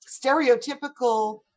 stereotypical